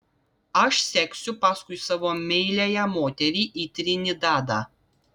aš seksiu paskui savo meiliąją moterį į trinidadą